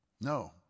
No